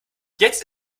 jetzt